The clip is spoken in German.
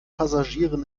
passagieren